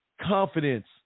confidence